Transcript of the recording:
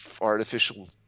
artificial